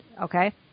Okay